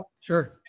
Sure